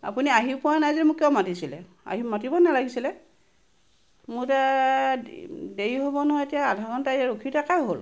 আপুনি আহি পোৱা নাই যদি মোক কিয় মাতিছিলে আহি মাতিব নালাগিছিলে মোৰ এতিয়া দেৰি হ'ব নহয় এতিয়া আধা ঘণ্টা ইয়াত ৰখি থকাই হ'ল